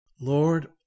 Lord